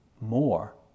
more